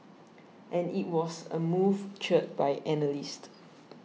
and it was a move cheered by analysts